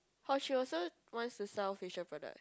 or she also wants to sell facial products